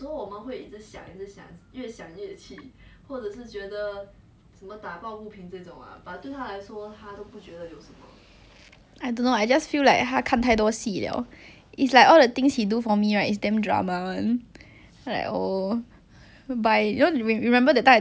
I don't know I just feel like 他看太多戏了 is like all the things he do for me right it's damn drama [one] so like oh whereby you know you you remember that time during [what] he buy the 凉茶 and 挂 outside my house and all sorts of weird things ya